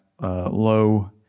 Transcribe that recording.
low